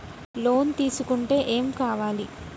Loan తీసుకుంటే ఏం కావాలి?